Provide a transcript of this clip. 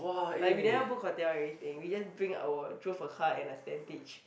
like we never booked hotel everything we just bring our drove a car and a tentage